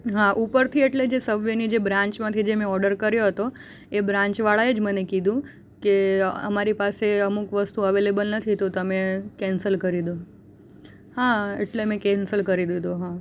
હા ઉપરથી એટલે જે સબવેની જે બ્રાન્ચમાંથી જે મેં ઓડર કર્યો હતો એ બ્રાન્ચવાળાએ જ મને કીધું કે અમારી પાસે અમુક વસ્તુ આવેલેબલ નથી તો તમે કેન્સલ કરી દો હા એટલે મેં કેન્સલ કરી દીધો હા